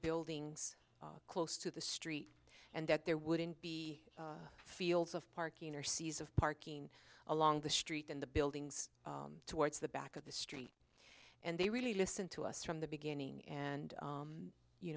buildings close to the street and that there wouldn't be fields of parking or sees of parking along the street in the buildings towards the back of the street and they really listen to us from the beginning and